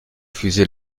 refuser